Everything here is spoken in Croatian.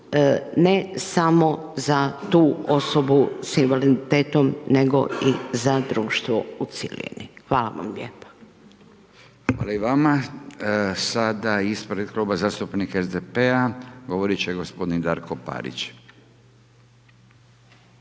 ne samo za tu osobu sa invaliditetom nego i za društvo u cjelini. Hvala vam lijepa. **Radin, Furio (Nezavisni)** Hvala i vama. Sada ispred Kluba zastupnika SDP-a govorit će gospodin Darko Parić.